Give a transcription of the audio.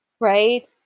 Right